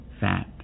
fat